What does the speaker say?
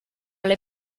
alle